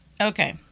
Okay